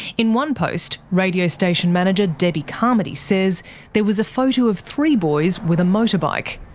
in one post, radio station manager debbie carmody says there was a photo of three boys with a motorbike,